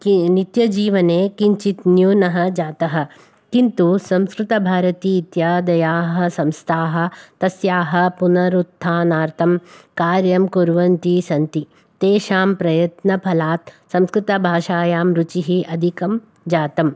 नित्यजीवने किञ्चित् न्यूनः जातः किन्तु संस्कृतभारती इत्यादयाः संस्थाः तस्याः पुनरुत्थानार्थं कार्यं कुर्वती सन्ति तेषां प्रयत्नफलात् संस्कृतभाषायां रुचिः अधिकं जातं